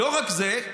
לא רק זה,